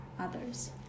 others